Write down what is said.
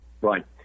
Right